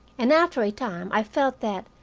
and after a time i felt that,